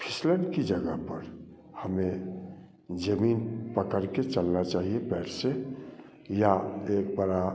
फिसलन की जगह पर हमें जमीन पकड़ के चलना चाहिए पैर से या एक बड़ा